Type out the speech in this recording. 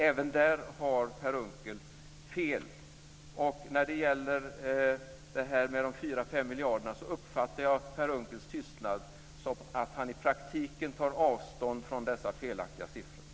Även där har alltså Per När det gäller de 4-5 miljarderna så uppfattade jag Per Unckels tystnad som att han i praktiken tar avstånd från dessa felaktiga siffror.